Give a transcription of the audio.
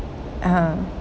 oh